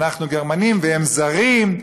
אנחנו גרמנים והם זרים,